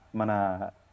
mana